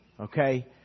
okay